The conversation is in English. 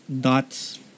dots